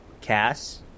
Cass